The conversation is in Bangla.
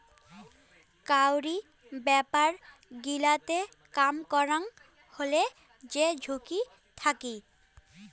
কাউরি ব্যাপার গিলাতে কাম করাং হলে যে ঝুঁকি থাকি